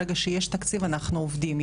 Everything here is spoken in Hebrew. ברגע שיש תקציב אנחנו עובדים.